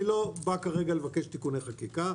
אני לא בא כרגע לבקש תיקוני חקיקה,